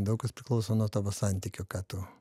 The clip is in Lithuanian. daug kas priklauso nuo tavo santykio ką tu